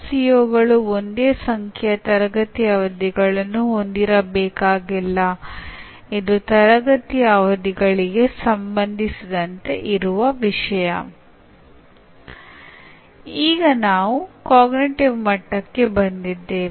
ಏಕೆಂದರೆ ನಾವು ಸ್ವಾಧೀನಪಡಿಸಿಕೊಳ್ಳುವ ಹೊಸ ವಿಷಯ ನಾವು ಈಗಾಗಲೇ ತಿಳಿದಿರುವ ವಿಷಯದ ಮೇಲೆ ನಿರ್ಮಾಣವಾಗುತ್ತದೆ